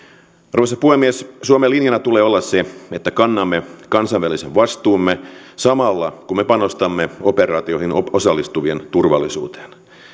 arvoisa puhemies suomen linjana tulee olla se että kannamme kansainvälisen vastuumme samalla kun me panostamme operaatioihin osallistuvien turvallisuuteen